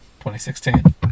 2016